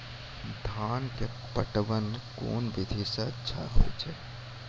धान के पटवन कोन विधि सै अच्छा होय छै?